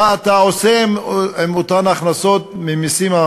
מה אתה עושה עם אותן הכנסות ממסים,